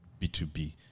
B2B